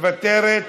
מוותרת.